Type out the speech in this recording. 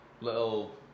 little